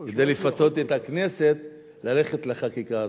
כדי לפתות את הכנסת ללכת לחקיקה הזאת.